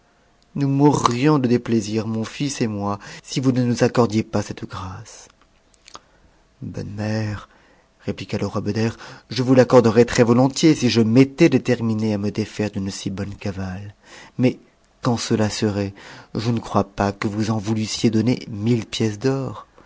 nous mourrions de déplaisir mon fils et moi si vous ne nous accordiez pas cette grâce bonne mère répliqua le roi beder je vous l'accorderais très-volontiers si je m'étais détermine a die défaire d'une si bonne cavale mais quand cela serait je ne croîs pas que vous en voulussiez donner mille pièces d'or